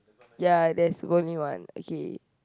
ya there's only one okay